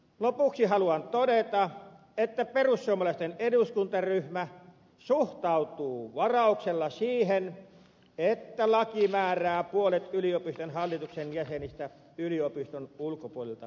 lopuksi haluan todeta että perussuomalaisten eduskuntaryhmä suhtautuu varauksella siihen että laki määrää puolet yliopiston hallituksen jäsenistä yliopiston ulkopuolelta tuleville